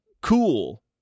cool